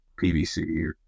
PVC